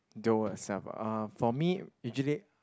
though yourself ah uh for me usually